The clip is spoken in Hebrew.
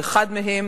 או אחד מהם,